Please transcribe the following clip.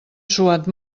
suat